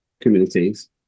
communities